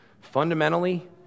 fundamentally